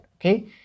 okay